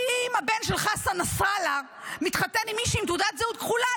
כי אם הבן של חסן נסראללה מתחתן עם מישהי עם תעודת זהות כחולה,